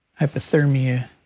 hypothermia